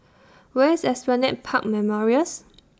Where IS Esplanade Park Memorials